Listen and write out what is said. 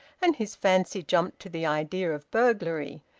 and his fancy jumped to the idea of burglary.